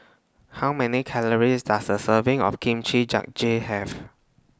How Many Calories Does A Serving of Kimchi Jjigae Have